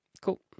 cool